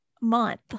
month